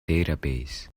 database